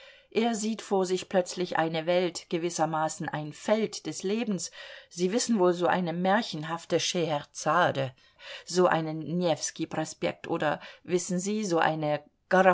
er sieht vor sich plötzlich eine welt gewissermaßen ein feld des lebens sie wissen wohl so eine märchenhafte scheherezade so einen newskij prospekt oder wissen sie so eine